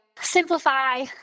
simplify